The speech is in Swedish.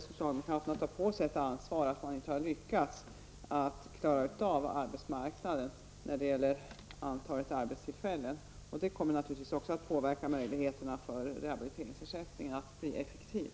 Socialdemokraterna får ta på sig ansvaret för att man inte har lyckats att klara arbetsmarknaden när det gäller antalet arbetstillfällen. Det kommer naturligtvis också att påverka möjligheterna att göra rehabiliteringsersättningen effektiv.